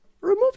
remove